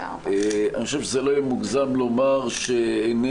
אני חושב זה לא יהיה מוגזם לומר שעיני